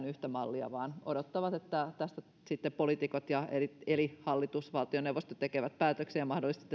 yhtä mallia vaan odottaa että tästä sitten poliitikot eli hallitus valtioneuvosto tekevät päätöksen ja mahdollisesti